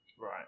Right